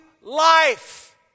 life